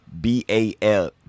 b-a-l